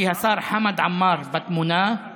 כי השר חמד עמאר בתמונה,